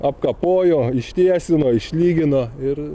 apkapojo ištiesino išlygino ir